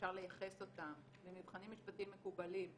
שאפשר לייחס אותם במבחנים משפטיים מקובלים לאחריות,